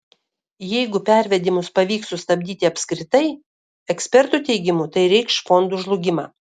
jeigu pervedimus pavyks sustabdyti apskritai ekspertų teigimu tai reikš fondų žlugimą